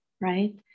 Right